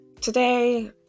Today